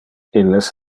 illes